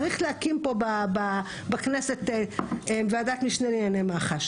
צריך להקים בכנסת ועדת משנה לענייני מח"ש.